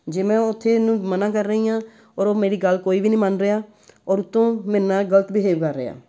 ਜੇ ਮੈਂ ਉੱਥੇ ਇਹਨੂੰ ਮਨ੍ਹਾਂ ਕਰ ਰਹੀ ਹਾਂ ਔਰ ਉਹ ਮੇਰੀ ਗੱਲ ਕੋਈ ਵੀ ਨਹੀਂ ਮੰਨ ਰਿਹਾ ਔਰ ਉੱਤੋਂ ਮੇਰੇ ਨਾਲ ਇਹ ਗਲਤ ਬਿਹੇਵ ਕਰ ਰਿਹਾ